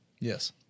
Yes